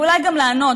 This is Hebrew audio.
ואולי גם לענות.